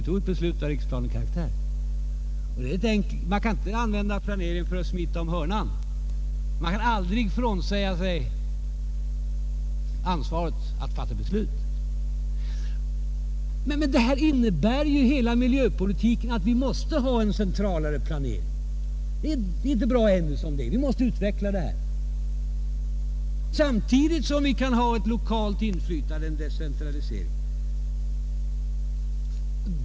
Men planeringen kan inte användas för att smita om hörnet. Man kan aldrig frånsäga sig ansvaret att fatta beslut. Hela miljöpolitiken innebär att vi måste ha en centralare planering. Den är ännu inte bra, utan vi måste utveckla den. Samtidigt kan vi ha ett lokalt inflytande, en decentralisering.